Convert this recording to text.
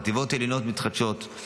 חטיבות עליונות מתחדשות,